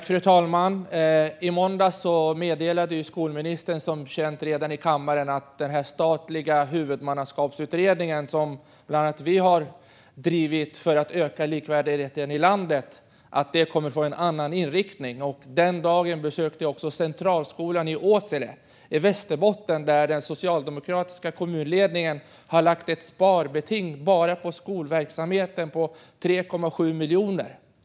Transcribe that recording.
Fru talman! I måndags meddelade skolministern, vilket är känt i kammaren, att utredningen om statligt huvudmannaskap, som bland annat vi liberaler har drivit för att öka likvärdigheten i landet, kommer att få en annan inriktning. Den dagen besökte jag Åsele Centralskola i Västerbotten. Den socialdemokratiska kommunledningen har lagt ett sparbeting bara på skolverksamheten på 3,7 miljoner.